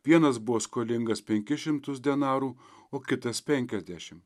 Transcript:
vienas buvo skolingas penkis šimtus denarų o kitas penkiasdešimt